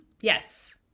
Yes